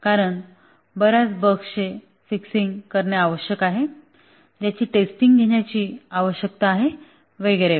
कारण बर्याच बग्सचे फिक्स करणे आवश्यक आहे ज्याची टेस्टिंग घेण्याची आवश्यकता आहे वगैरे